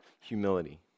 humility